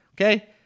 okay